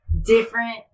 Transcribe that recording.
different